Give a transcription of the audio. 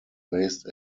based